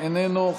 איננו,